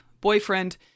boyfriend